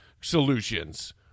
solutions